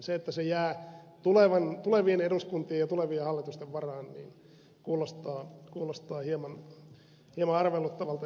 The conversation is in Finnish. se että se jää tulevien eduskuntien ja tulevien hallitusten varaan kuulostaa hieman arveluttavalta